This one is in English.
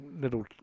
little